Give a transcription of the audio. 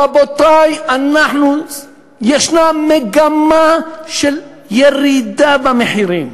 רבותי, יש מגמה של ירידה במחירים.